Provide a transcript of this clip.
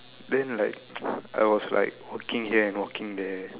then like I was like walking here and walking there